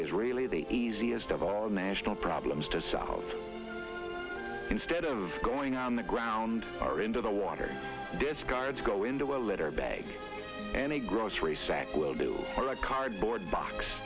is really the easiest of all national problems to solve instead of going on the ground or into the water discards go into a litter bag and a grocery sack will do or a cardboard box